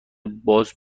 باز